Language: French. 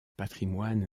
patrimoine